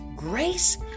Grace